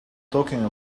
talking